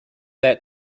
that